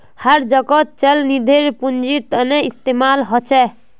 हर जोगोत चल निधिर पुन्जिर तने इस्तेमाल होचे